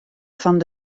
fan